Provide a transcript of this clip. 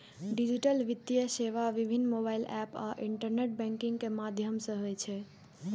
digital वित्तीय सेवा विभिन्न मोबाइल एप आ इंटरनेट बैंकिंग के माध्यम सं होइ छै